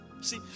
See